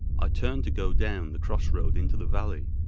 i turned to go down the cross-road into the valley.